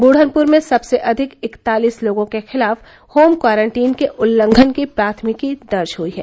दूढनपुर में सबसे अधिक इकतालीस लोगों के खिलाफ होम क्वारंटाइन के उल्लंघन की प्राथमिकी दर्ज हुयी है